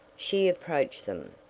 she approached them.